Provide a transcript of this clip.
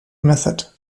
method